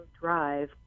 drive